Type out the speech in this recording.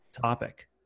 topic